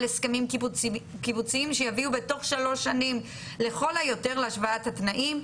הסכמים קיבוציים שיביאו בתוך שלוש שנים לכל היותר להשוואת התנאים.